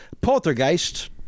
Poltergeist